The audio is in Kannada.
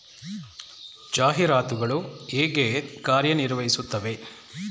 ಜಾಹೀರಾತುಗಳು ಹೇಗೆ ಕಾರ್ಯ ನಿರ್ವಹಿಸುತ್ತವೆ?